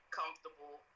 comfortable